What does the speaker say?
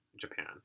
Japan